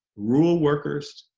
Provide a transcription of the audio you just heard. rural workers,